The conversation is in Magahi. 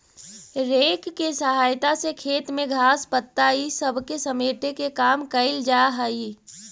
रेक के सहायता से खेत में घास, पत्ता इ सब के समेटे के काम कईल जा हई